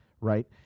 right